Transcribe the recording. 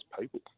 people